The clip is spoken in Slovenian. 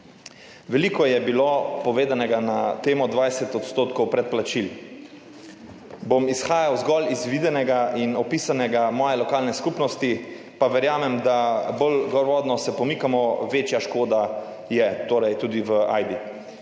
Veliko je bilo povedanega na temo 20 % predplačil. Bom izhajal zgolj iz videnega in opisanega moje lokalne skupnosti, pa verjamem, da bolj gor vodno se pomikamo, večja škoda je, torej tudi v Ajdi.